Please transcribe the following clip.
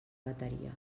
bateria